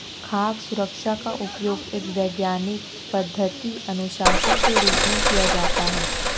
खाद्य सुरक्षा का उपयोग एक वैज्ञानिक पद्धति अनुशासन के रूप में किया जाता है